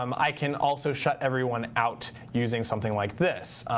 um i can also shut everyone out using something like this.